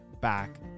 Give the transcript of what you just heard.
back